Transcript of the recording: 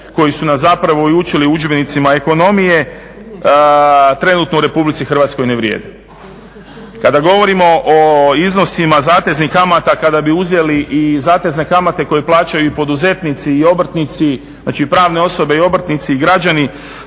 koji su nas zapravo i učili u udžbenicima ekonomije trenutno u Republici Hrvatskoj ne vrijede. Kada govorimo o iznosima zateznih kamata kada bi uzeli i zatezne kamate koje plaćaju i poduzetnici i obrtnici, znači i pravne osobe i obrtnici i građani